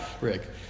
Rick